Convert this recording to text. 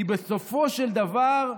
כי בסופו של דבר,